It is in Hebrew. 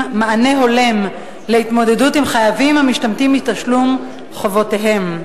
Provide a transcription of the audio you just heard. מענה הולם להתמודדות עם חייבים המשתמטים מתשלום חובותיהם.